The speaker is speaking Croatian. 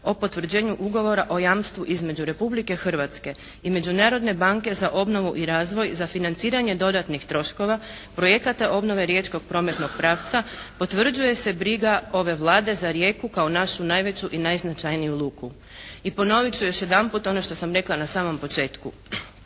o potvrđivanju Ugovora o jamstvu između Republike Hrvatske i Međunarodne banke za obnovu i razvoj za financiranje dodatnih troškova projekata obnove riječkog prometnog pravca potvrđuje se briga ove Vlade za Rijeku kao našu najveću i najznačajniju luku. I ponovit ću još jedan puta ono što sam rekla na samom početku.